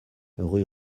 rue